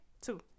Two